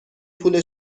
پول